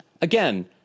again